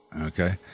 okay